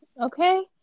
Okay